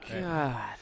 God